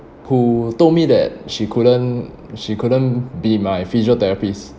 who told me that she couldn't she couldn't be my physiotherapist